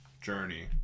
journey